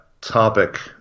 topic